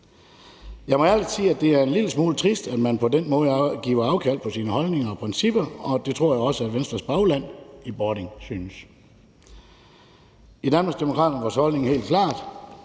Jeg må ærligt sige, at det er en lille smule trist, at man på den måde giver afkald på sine holdninger og principper, og det tror jeg også Venstres bagland i Bording synes. I Danmarksdemokraterne er vores holdning helt klar: